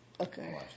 Okay